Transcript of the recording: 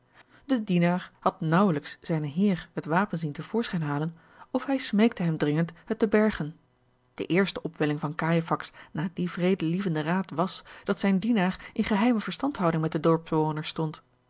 de dienaar had naauwelijks zijnen heer het wapen zien te voorschijn halen of hij smeekte hem dringend het te bergen de eerste opwelling van cajefax na dien vredelievenden raad was dat zijn dienaar in geheime verstandhoudig met de dorpbewoners stond